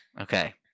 Okay